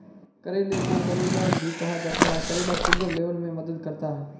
करेले को करेला भी कहा जाता है करेला शुगर लेवल में मदद करता है